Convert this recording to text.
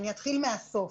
ואני אתחיל מהסוף,